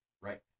right